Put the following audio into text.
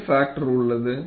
என்ன பாக்டர் உள்ளது